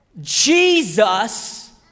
Jesus